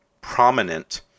prominent